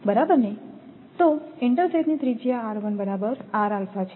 તો ઇન્ટરસેથની ત્રિજ્યા બરાબર છે